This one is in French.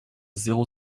zéro